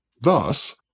Thus